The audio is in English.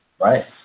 Right